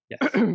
yes